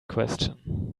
question